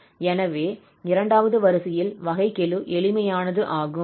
எனவே இரண்டாவது வரிசையில் வகைக்கெழு எளிமையானது ஆகும்